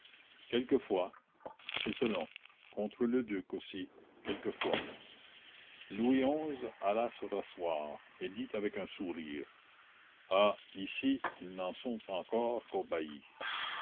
quelquefois c'est selon contre le duc aussi quelquefois louis xi alla se rasseoir et dit avec un sourire ah ici ils n'en sont encore